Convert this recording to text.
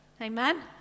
Amen